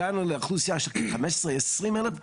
הגענו לאוכלוסייה של חמש עשרה-עשרים אלף,